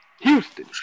Houston